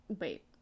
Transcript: Wait